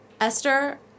Esther